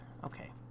Okay